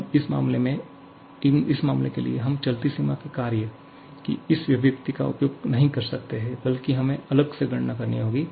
अब इस मामले के लिए हम चलती सिमा के कार्य की इस अभिव्यक्ति का उपयोग नहीं कर सकते हैं बल्कि हमें अलग से गणना करनी होगी